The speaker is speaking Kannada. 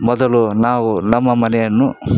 ಮೊದಲು ನಾವು ನಮ್ಮ ಮನೆಯನ್ನು